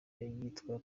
n’iyitwa